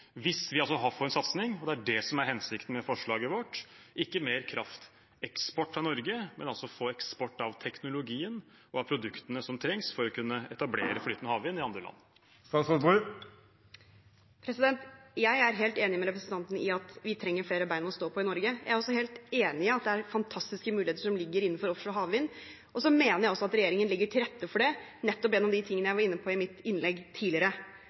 hvis vi får en satsing. Det er det som er hensikten med forslaget vårt: ikke mer krafteksport fra Norge, men å få eksport av teknologien og av produktene som trengs for å kunne etablere flytende havvind i andre land. Jeg er helt enig med representanten i at vi trenger flere bein å stå på i Norge. Jeg er også helt enig i at det er fantastiske muligheter som ligger innenfor offshore havvind. Jeg mener også at regjeringen legger til rette for det, nettopp gjennom de tingene jeg var inne på i mitt innlegg tidligere.